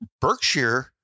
Berkshire